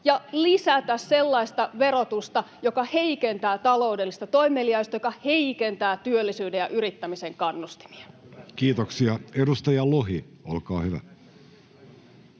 ja lisätä sellaista verotusta, joka heikentää taloudellista toimeliaisuutta, joka heikentää työllisyyden ja yrittämisen kannustimia. Kiitoksia. — Edustaja Lohi, olkaa hyvä.